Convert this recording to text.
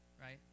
Right